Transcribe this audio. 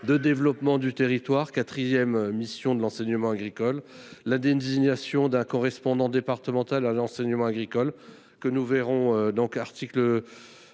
de développement des territoires, quatrième mission de l’enseignement agricole, à la désignation d’un correspondant départemental de l’enseignement agricole, qui figure à l’alinéa 4 de l’article